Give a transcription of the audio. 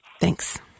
Thanks